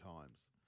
times